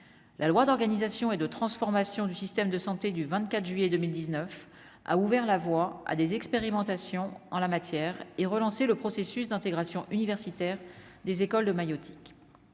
la loi d'organisation et de transformation du système de santé du 24 juillet 2019 a ouvert la voie à des expérimentations en la matière et relancer le processus d'intégration universitaire des écoles de maïeutique,